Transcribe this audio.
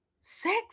sex